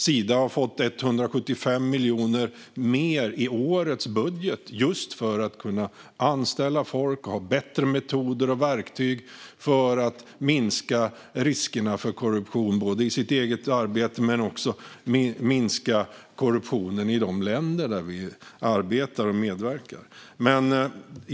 Sida har fått 175 miljoner mer i årets budget just för att kunna anställa folk och ha bättre metoder och verktyg för att minska riskerna för korruption, både i sitt eget arbete och också för att minska korruptionen i de länder där vi arbetar och medverkar.